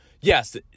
yes